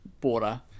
border